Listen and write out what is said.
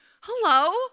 Hello